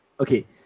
Okay